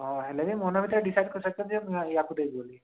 ହଁ ହେଲେ ବି ମନ ଭିତରେ ଡିସାଇଡ୍ କରି ସାରିଛ ଯେ ୟାକୁ ଦେବି ବୋଲି